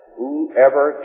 whoever